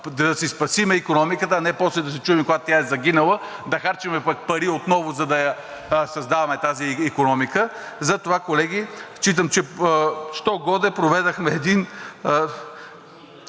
да си спасим икономиката, а не после да се чудим, когато тя е загинала, да харчим пари отново да я създаваме тази икономика. Затова, колеги, считам, че що-годе проведохме един